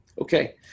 Okay